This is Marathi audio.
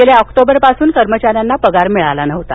गेल्या ऑक्टोबर पासुन कर्मचाऱ्यांना पगार मिळाला नव्हता